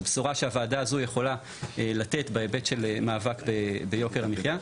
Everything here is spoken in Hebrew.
זה בשורה שהוועדה הזו יכולה לתת בהיבט של מאבק ביוקר המחיה.